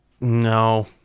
No